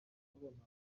twagombaga